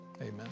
Amen